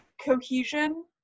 cohesion